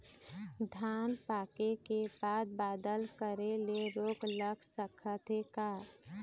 धान पाके के बाद बादल करे ले रोग लग सकथे का?